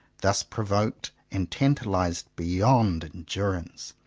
thus provoked and tantalized beyond endurance,